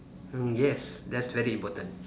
mm yes that's very important